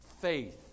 faith